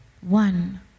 One